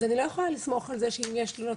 אז אני לא יכולה לסמוך על זה שאם יש תלונות,